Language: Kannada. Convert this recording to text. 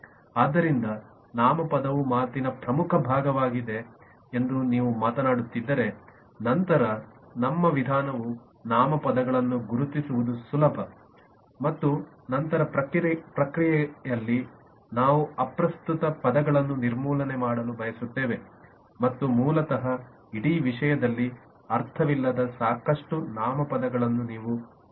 ಆದ್ದರಿಂದ ನಾಮಪದವು ಮಾತಿನ ಪ್ರಮುಖ ಭಾಗವಾಗಿದೆ ಎಂದು ನೀವು ಮಾತನಾಡುತ್ತಿದ್ದರೆನಂತರ ನಮ್ಮ ವಿಧಾನವು ನಾಮಪದಗಳನ್ನು ಗುರುತಿಸುವುದು ಸುಲಭ ಮತ್ತು ನಂತರ ಪ್ರಕ್ರಿಯೆಯಲ್ಲಿ ನಾವು ಅಪ್ರಸ್ತುತ ಪದಗಳನ್ನು ನಿರ್ಮೂಲನೆ ಮಾಡಲು ಬಯಸುತ್ತೇವೆ ಮತ್ತು ಮೂಲತಃ ಇಡೀ ವಿಷಯದಲ್ಲಿ ಅರ್ಥವಿಲ್ಲದ ಸಾಕಷ್ಟು ನಾಮಪದಗಳನ್ನು ನೀವು ಕಾಣಬಹುದು